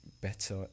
better